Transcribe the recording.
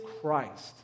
Christ